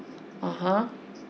(uh huh)